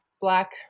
black